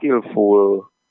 skillful